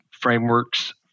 frameworks